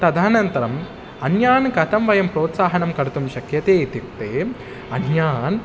तदनन्तरं अन्यान् कथं वयं प्रोत्साहनं कर्तुं शक्यते इत्युक्ते अन्यान्